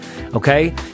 Okay